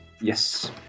yes